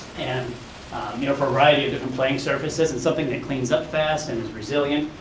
and you know variety of different playing surfaces and something that cleans up fast and is resilient.